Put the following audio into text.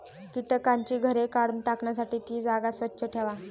कीटकांची घरे काढून टाकण्यासाठी ती जागा स्वच्छ ठेवा